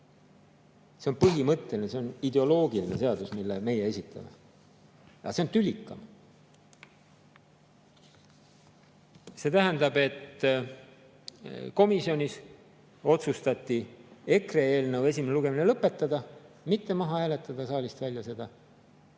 See on põhimõtteline, see on ideoloogiline seadus, mille meie esitame. Aga see on tülikam. See tähendab, et komisjonis otsustati EKRE eelnõu esimene lugemine lõpetada, mitte seda maha hääletada.